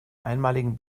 einmaligen